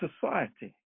society